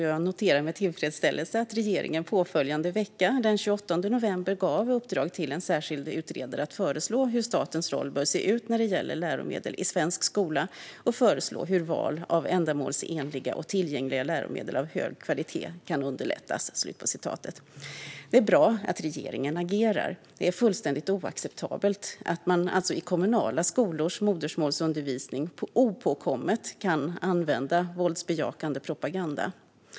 Jag noterar med tillfredsställelse att regeringen påföljande vecka, den 28 november, gav i uppdrag till en särskild utredare att "föreslå hur statens roll bör se ut när det gäller läromedel samt hur val av ändamålsenliga och tillgängliga läromedel av hög kvalitet kan underlättas". Det är bra att regeringen agerar. Det är fullständigt oacceptabelt att man i kommunala skolors modersmålsundervisning utan att bli påkommen kan använda våldsbejakande propaganda.